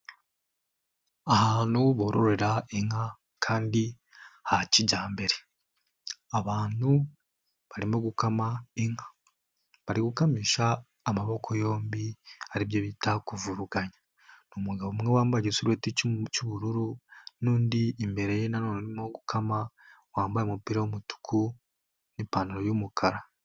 Ahantu bororera inka kandi ha kijyambere. Abantu barimo gukama inka, bari gukamisha amaboko yombi aribyo bita kuvuruganya. Ni umugabo umwe wambaye igisarubeti cy'ubururu n'undi imbere ye nanone urimo gukama uwambaye umupira w'umutuku n'ipantaro y'umukara.